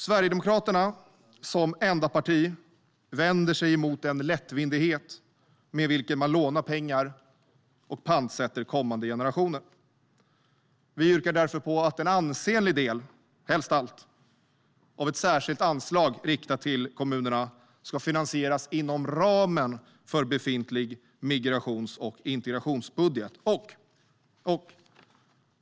Sverigedemokraterna, som enda parti, vänder sig emot den lättvindighet med vilken man lånar pengar och pantsätter kommande generationer. Vi yrkar därför på att en ansenlig del, helst allt, av ett särskilt anslag riktat till kommunerna ska finansieras inom ramen för befintlig migrations och integrationsbudget.